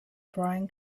brian